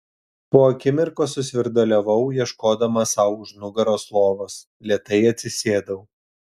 po akimirkos susvirduliavau ieškodama sau už nugaros lovos lėtai atsisėdau